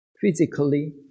physically